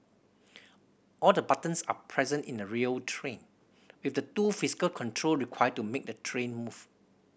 all the buttons are present in a real train with the two physical control required to make the train move